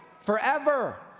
forever